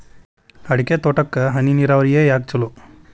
ಅಡಿಕೆ ತೋಟಕ್ಕ ಹನಿ ನೇರಾವರಿಯೇ ಯಾಕ ಛಲೋ?